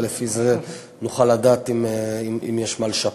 ולפי זה נוכל לדעת אם יש מה לשפר.